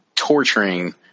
torturing